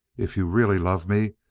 if you really love me,